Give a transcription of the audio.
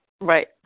Right